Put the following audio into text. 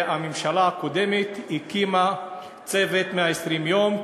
והממשלה הקודמת הקימה "צוות 120 ימים"